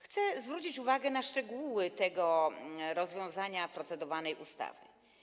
Chcę zwrócić uwagę na szczegóły tego rozwiązania, procedowanej ustawy.